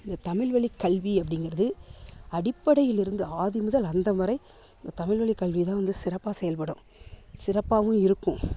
இந்த தமிழ் வழிக் கல்வி அப்படிங்கிறது அடிப்படையில் இருந்து ஆதி முதல் அந்தம் வரை இந்த தமிழ் வழிக் கல்வி தான் வந்து சிறப்பாக செயல்படும் சிறப்பாகவும் இருக்கும்